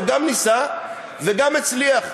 הוא גם ניסה וגם הצליח.